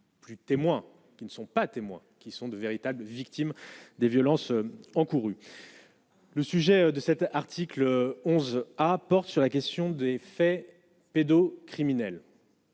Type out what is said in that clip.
Plus témoin qui ne sont pas témoins qui sont de véritables victimes des violences encourus, le sujet de cet article 11 apporte sur la question des faits pédo-criminels.